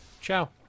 Ciao